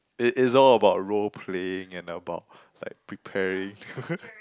it it's all about role playing and about like preparing